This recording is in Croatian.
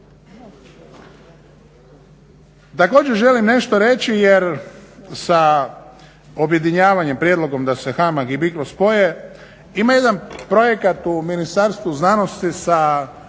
Također želim nešto reći, jer sa objedinjavanjem, prijedlogom da se HAMAG i BICRO spoje ima jedan projekat u Ministarstvu znanosti sa